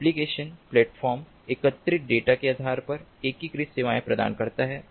application platform एकत्रित data के आधार पर एकीकृत सेवाएं प्रदान करता है